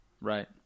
Right